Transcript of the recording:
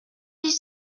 dix